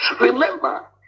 remember